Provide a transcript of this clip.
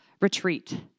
Retreat